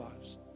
lives